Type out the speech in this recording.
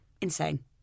Insane